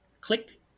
click